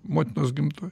motinos gimtoj